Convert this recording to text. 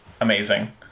amazing